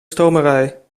stomerij